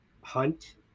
hunt